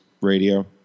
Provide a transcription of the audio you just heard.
radio